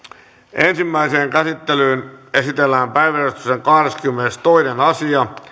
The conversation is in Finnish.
ensimmäiseen käsittelyyn esitellään päiväjärjestyksen kahdeskymmenestoinen asia